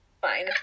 fine